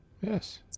Yes